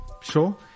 Sure